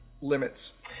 limits